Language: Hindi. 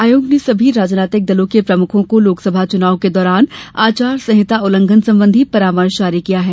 आयोग ने सभी राजनीतिक दलों के प्रमुखों को लोकसभा चुनाव के दौरान आचार संहिता उल्लंघन संबंधी परामर्श जारी किया है